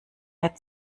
mehr